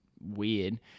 weird